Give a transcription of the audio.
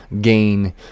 gain